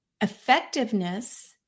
effectiveness